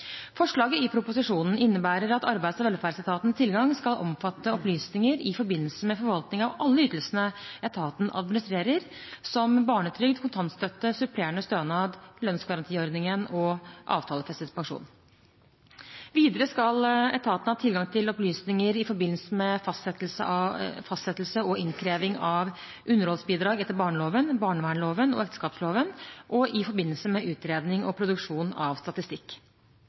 Forslaget i proposisjonen innebærer at Arbeids- og velferdsetatens tilgang skal omfatte opplysninger i forbindelse med forvaltning av alle ytelsene etaten administrerer, som barnetrygd, kontantstøtte, supplerende stønad, lønnsgarantiordningen og avtalefestet pensjon. Videre skal etaten ha tilgang til opplysninger i forbindelse med fastsettelse og innkreving av underholdsbidrag etter barneloven, barnevernsloven, ekteskapsloven og i forbindelse med utredning og produksjon av statistikk.